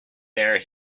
there